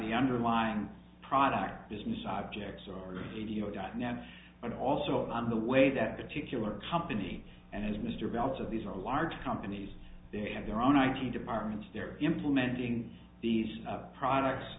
the underlying product business objects or video dynamics but also on the way that particular company and as mr belts of these are large companies they have their own ip departments they're implementing these products